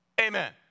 Amen